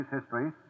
history